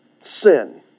sin